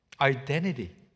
identity